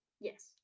yes